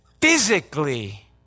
physically